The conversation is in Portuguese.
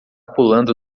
pulando